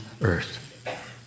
earth